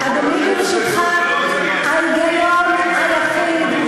אמרתם שאין בזה היגיון כלכלי.